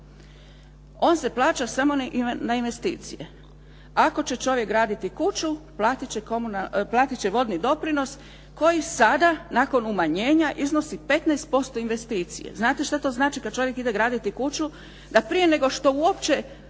On se plaća samo na investicije, ako će čovjek graditi kuću, platiti će vodni doprinos koji sada nakon umanjenja iznosi 15% investicije. Znate šta to znači kada čovjek ide graditi kuću da prije nego što uopće